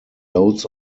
loads